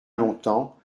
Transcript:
longtemps